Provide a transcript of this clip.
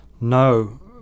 No